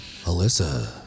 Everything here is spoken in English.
Alyssa